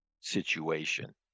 situation